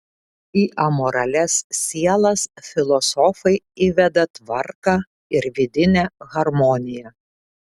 į amoralias sielas filosofai įveda tvarką ir vidinę harmoniją